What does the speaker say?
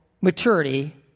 maturity